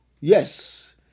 Yes